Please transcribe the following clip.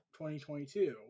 2022